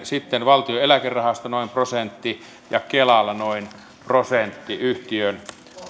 sitten valtion eläkerahasto noin prosentilla ja kela noin prosentilla yhtiön